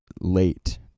late